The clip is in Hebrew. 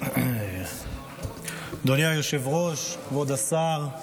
אדוני היושב-ראש, כבוד השר,